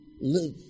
live